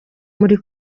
muri